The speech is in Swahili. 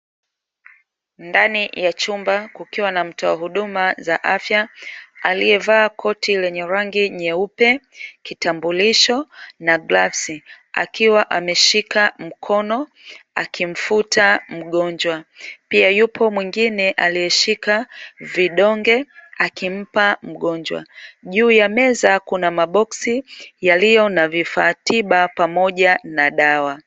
Ndani ya chumba kukiwa na mtoa huduma za afya alievaa koti lenye rangi nyeupe, kitambulisho na glavu akiwa ameshika mkono akimfuta mgonjwa. Pia yupo mwingine aliyeshika vidonge akimpa mgonjwa, juu ya meza kuna maboksi yaliyo na vifaa tiba pamoja na dawa.